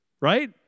right